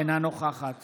אינה נוכחת